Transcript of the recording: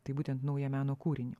tai būtent naują meno kūrinį